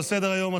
על סדר-היום,